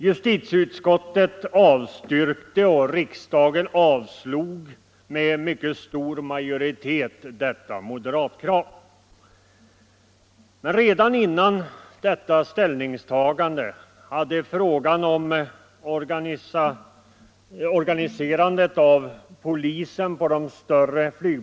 Justitieutskottet avstyrkte, och riksdagen avslog med mycket stor majoritet detta krav.